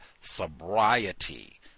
sobriety